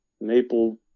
maple